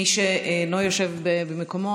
מי שאינו יושב במקומו,